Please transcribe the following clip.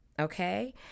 okay